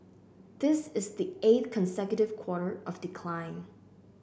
this is the eighth consecutive quarter of decline